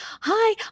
hi